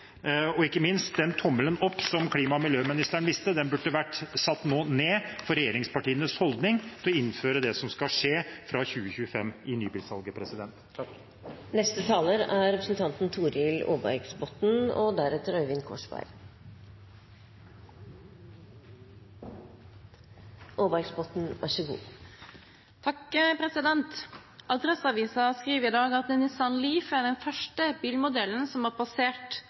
Og ikke minst, den tommelen opp som klima- og miljøministeren viste, burde nå vært satt ned for regjeringspartienes holdning til å innføre det som skal skje fra 2025 i nybilsalget. Adresseavisen skriver i dag at Nissan LEAF er den første bilmodellen som har passert over 30 000 leveringer i Norge siden 2011. Ifølge sjefen for Nissans elbildivisjon er